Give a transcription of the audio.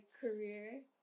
career